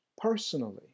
personally